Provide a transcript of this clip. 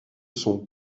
son